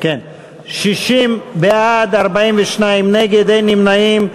60 בעד, 42 נגד, אין נמנעים.